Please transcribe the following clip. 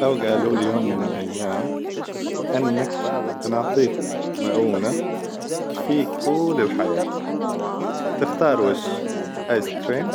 لو قالوا لي يوم من الأيام إنك بنعطيك مؤونة تكفيك طول الحياة تختار وش آيس كريم